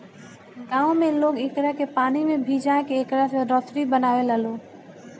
गांव में लोग एकरा के पानी में भिजा के एकरा से रसरी बनावे लालो